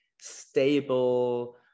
stable